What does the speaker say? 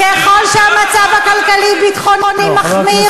ככל שהמצב הכלכלי והביטחוני מחמיר,